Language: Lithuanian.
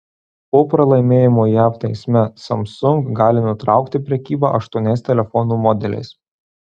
po pralaimėjimo jav teisme samsung gali nutraukti prekybą aštuoniais telefonų modeliais